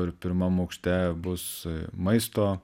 ir pirmam aukšte bus maisto